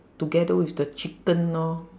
together with the chicken lor